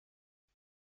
هیس